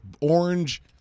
Orange